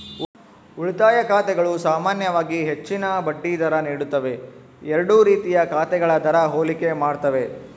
ಉಳಿತಾಯ ಖಾತೆಗಳು ಸಾಮಾನ್ಯವಾಗಿ ಹೆಚ್ಚಿನ ಬಡ್ಡಿ ದರ ನೀಡುತ್ತವೆ ಎರಡೂ ರೀತಿಯ ಖಾತೆಗಳ ದರ ಹೋಲಿಕೆ ಮಾಡ್ತವೆ